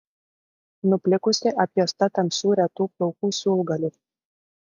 nuplikusi apjuosta tamsių retų plaukų siūlgalių